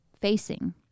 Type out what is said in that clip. facing